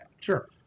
Sure